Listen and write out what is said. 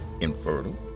infertile